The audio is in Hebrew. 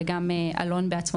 וגם אלון דסה,